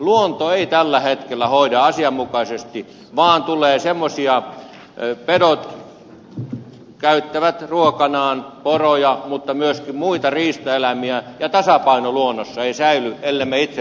luonto ei tällä hetkellä hoida niitä asianmukaisesti vaan pedot käyttävät ruokanaan poroja mutta myöskin muita riistaeläimiä ja tasapaino luonnossa ei säily ellemme itse ryhdy sitä metsästyksellä säätelemään